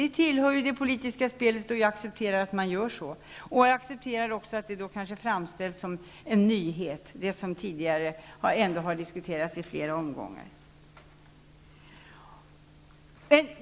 Det tillhör det politiska spelet, och jag accepterar att man gör så. Jag accepterar också att det framställs som en nyhet det som tidigare ändå har diskuterats i flera omgångar.